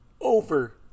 over